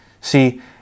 See